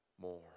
more